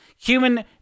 Human